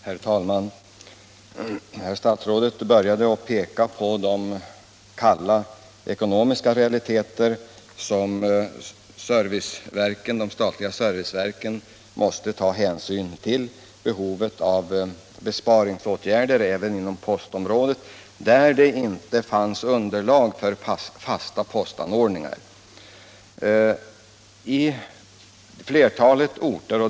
Herr talman! Herr statsrådet började med att peka på de kalla ekonomiska realiteter som de statliga serviceverken måste ta hänsyn till, t.ex. behovet av besparingsåtgärder inom postområden där det inte finns underlag för fasta postanstalter.